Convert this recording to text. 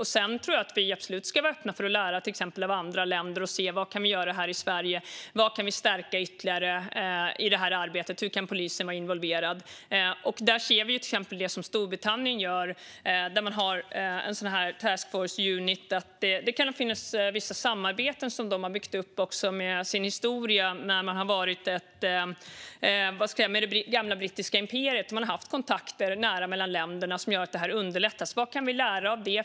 Vi ska absolut vara öppna för att lära oss av andra länder och se vad vi i Sverige kan göra för att ytterligare förstärka arbetet. På vilket sätt kan till exempel polisen vara involverad? Vi ser exempelvis det som Storbritannien gör. De har en task force unit. De kan ha byggt upp vissa samarbeten genom historien i det gamla brittiska imperiet. Det har funnits nära kontakter mellan länderna, vilket har gjort att detta arbete har underlättats. Vad kan vi lära av det?